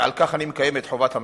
ועל כך אני מקיים את חובת המחאה.